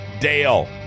Dale